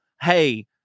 hey